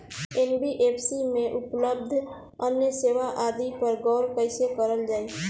NBFC में उपलब्ध अन्य सेवा आदि पर गौर कइसे करल जाइ?